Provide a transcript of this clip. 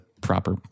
Proper